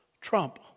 Trump